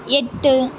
எட்டு